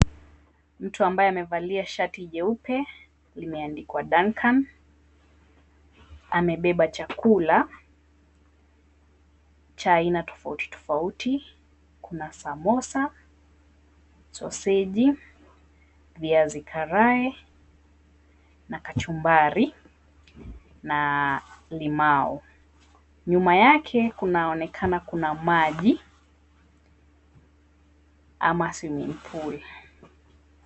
Mtu ambaye amevalia shati jeupe, imeandikwa Duncan. Amebeba chakula cha aina tofauti tofauti. Kuna samosa, soseji, viazi karai na kachumbari, na limau. Nyuma yake kunaonekana kuna maji ama swimming pool .